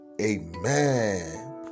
Amen